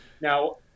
Now